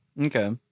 okay